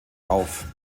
auf